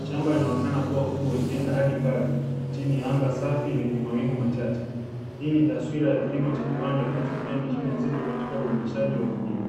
shamba linaonekana kuwa kubwa likienda hadi mbali chini ya anga safi lenye mawingu machache, hii ni taswira ya kilimo cha kiwanda kinachotumia mashine nzito katika uendeshaji wa kilimo.